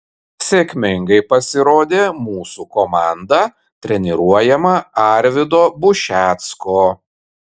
sėkmingai pasirodė mūsų komanda treniruojama arvydo bušecko